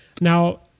Now